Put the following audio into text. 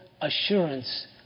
assurance